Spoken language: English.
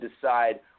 decide